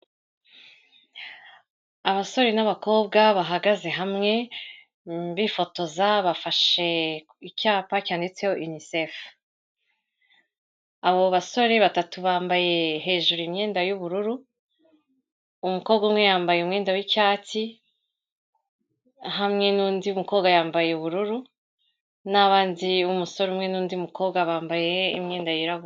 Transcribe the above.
Abasore n'abakobwa bahagaze hamwe bifotoza, bafashe icyapa cyanditseho UNICEF. Abo basore batatu bambaye hejuru imyenda y'ubururu, umukobwa umwe yambaye umwenda w'icyatsi, hamwe n'undi mukobwa yambaye ubururu, n'abandi umusore umwe n'undi mukobwa bambaye imyenda yirabura.